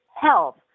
health